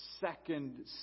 second